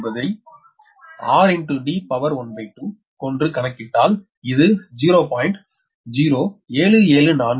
Ds என்பது என்பதை 12 கொண்டு கணக்கிட்டால் இது 0